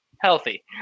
healthy